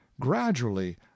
gradually